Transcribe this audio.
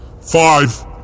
Five